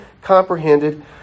comprehended